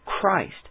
Christ